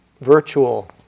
virtual